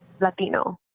Latino